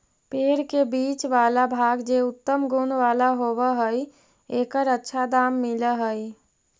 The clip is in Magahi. पेड़ के बीच वाला भाग जे उत्तम गुण वाला होवऽ हई, एकर अच्छा दाम मिलऽ हई